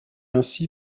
ainsi